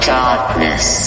darkness